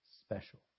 special